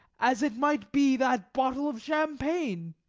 as it might be that bottle of champagne.